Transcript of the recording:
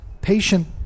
patient